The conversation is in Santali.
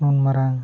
ᱩᱱ ᱢᱟᱨᱟᱝ